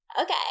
Okay